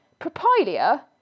Propylia